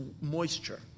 moisture